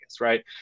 right